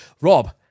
Rob